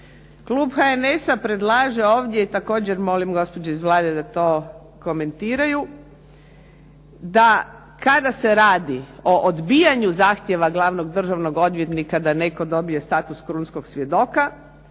Klub HNS-a predlaže ovdje, također molim gospođe iz Vlade da to komentiraju, da kada se radi o odbijanju zahtjeva glavnog državnog odvjetnika da netko dobije status krunskog svjedoka,